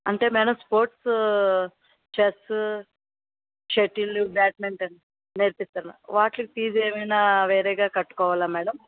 అంటే madam sports chess shuttle badminton నేర్పిస్తారా వాట్లికి ఫీజ్ ఏమైన వేరేగా కట్టుకోవాలా మేడం